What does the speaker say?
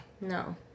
no